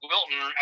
Wilton